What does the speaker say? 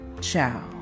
Ciao